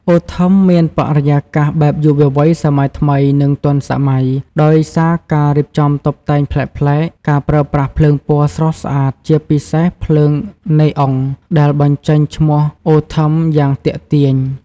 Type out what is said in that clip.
អូ ថឹម មានបរិយាកាសបែបយុវវ័យសម័យថ្មី និងទាន់សម័យ ដោយសារការរៀបចំតុបតែងប្លែកៗ ការប្រើប្រាស់ភ្លើងពណ៌ស្រស់ស្អាត ជាពិសេសភ្លើង ណេអុង ដែលបញ្ចេញឈ្មោះ អូ ថឹម យ៉ាងទាក់ទាញ។